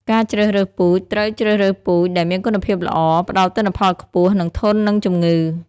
ការជ្រើសរើសពូជ ត្រូវជ្រើសរើសពូជដែលមានគុណភាពល្អ ផ្តល់ទិន្នផលខ្ពស់ និងធន់នឹងជំងឺ។